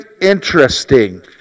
interesting